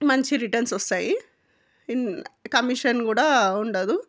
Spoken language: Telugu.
మంచి రిటర్న్స్ వస్తాయి ఇన్ కమిషన్ కూడా ఉండదు